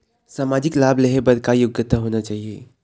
सामाजिक लाभ लेहे बर का योग्यता होना चाही?